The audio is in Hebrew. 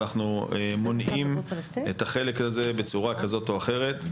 למנוע את החלק הזה בצורה כזו או אחרת.